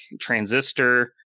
Transistor